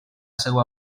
seva